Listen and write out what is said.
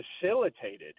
facilitated